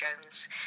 Jones